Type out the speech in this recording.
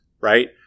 right